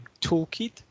toolkit